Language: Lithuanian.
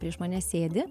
prieš mane sėdi